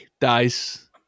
dice